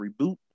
reboot